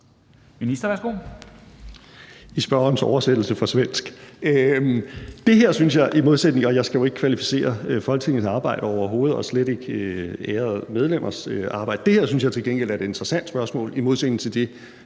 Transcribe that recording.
Det er så i spørgerens oversættelse fra svensk. Jeg skal jo ikke kvalificere Folketingets arbejde overhovedet og slet ikke ærede medlemmers arbejde. Det her synes jeg til gengæld er et interessant spørgsmål i modsætning til det,